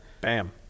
Bam